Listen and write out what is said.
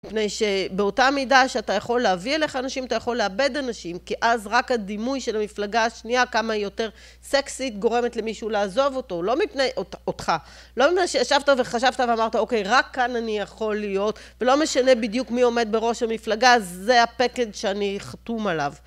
מפני שבאותה מידה שאתה יכול להביא אליך אנשים, אתה יכול לאבד אנשים, כי אז רק הדימוי של המפלגה השנייה כמה יותר סקסית גורמת למישהו לעזוב אותו. לא מפני אותך. לא מפני שישבת וחשבת ואמרת, אוקיי, רק כאן אני יכול להיות, ולא משנה בדיוק מי עומד בראש המפלגה, זה הpackage שאני חתום עליו.